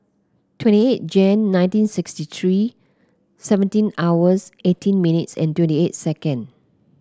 twenty eight Jan nineteen sixty three seventeen hours eighteen minutes and twenty eight second